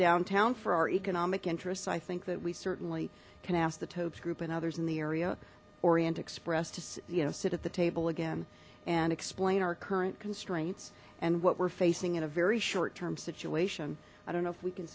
downtown for our economic interests i think that we certainly can ask the topes group and others in the area orient express to you know sit at the table again and explain our current constraints and what we're facing in a very short term situation i don't know if we can